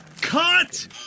Cut